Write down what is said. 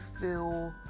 feel